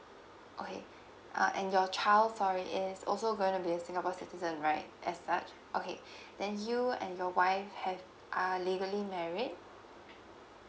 okay uh and your child sorry is also going to be a singapore citizen right as such okay then you and your wife have are legally married